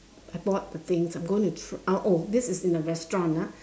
I bought the things I'm going tr~ uh oh this is in a restaurant ah